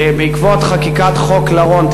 בעקבות חקיקת חוק לרון,